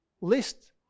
list